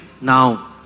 now